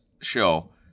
show